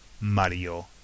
Mario